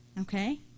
Okay